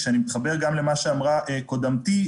כשאני מתחבר גם למה שאמרה קודמתי,